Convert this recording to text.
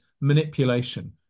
manipulation